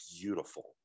beautiful